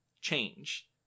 change